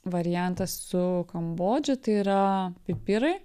variantas su kambodža tai yra pipirai